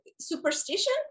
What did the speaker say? superstition